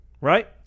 Right